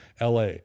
LA